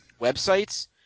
websites